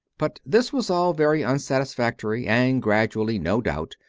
but this was all very unsatisfactory, and gradually, no doubt,